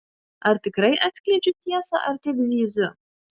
ar tikrai atskleidžiu tiesą ar tik zyziu